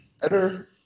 better